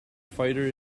fighter